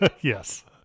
Yes